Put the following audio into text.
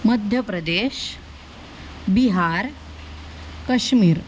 Madhya Pradesh Bihar Kashmir